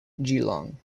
geelong